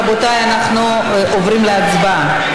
רבותיי, אנחנו עוברים להצבעה.